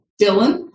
Dylan